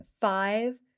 five